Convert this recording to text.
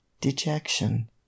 dejection